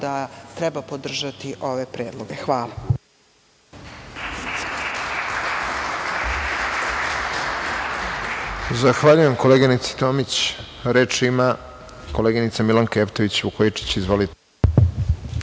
da treba podržati ove predloge. Hvala.